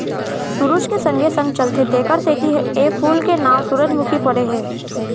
सुरूज के संगे संग चलथे तेकरे सेती ए फूल के नांव सुरूजमुखी परे हे